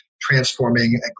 transforming